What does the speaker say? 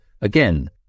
Again